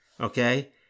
okay